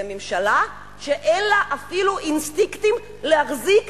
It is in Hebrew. זו ממשלה שאין לה אפילו אינסטינקטים להחזיק